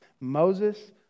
Moses